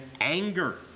anger